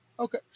Okay